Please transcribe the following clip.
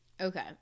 okay